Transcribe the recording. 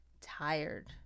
tired